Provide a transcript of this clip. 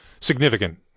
significant